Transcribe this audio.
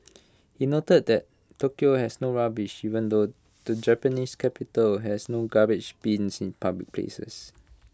he noted that Tokyo has no rubbish even though the Japanese capital has no garbage bins in public places